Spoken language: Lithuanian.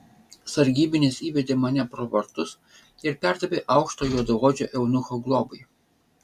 sargybinis įvedė mane pro vartus ir perdavė aukšto juodaodžio eunucho globai